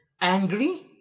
angry